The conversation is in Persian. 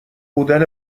بودن